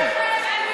לך.